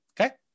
Okay